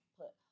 put